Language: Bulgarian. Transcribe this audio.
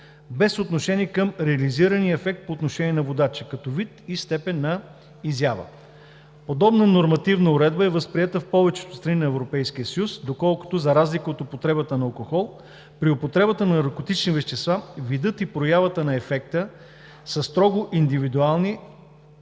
без отношение към реализирания ефект по отношение на водача, като вид и степен на изява. Подобна нормативна уредба е възприета в повечето страни на Европейския съюз, доколкото, за разлика от употребата на алкохол, при употребата на наркотични вещества видът и проявата на ефекта са строго индивидуални спрямо